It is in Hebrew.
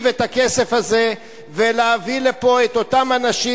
את הכסף הזה ולהביא לפה את אותם אנשים,